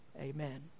Amen